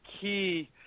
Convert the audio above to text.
key